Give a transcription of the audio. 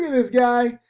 this guy,